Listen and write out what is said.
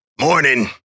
Morning